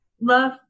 love